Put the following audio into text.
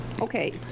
Okay